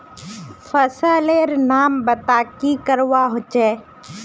फसल लेर नाम बता की करवा होचे?